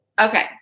Okay